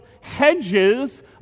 hedges